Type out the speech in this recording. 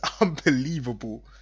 unbelievable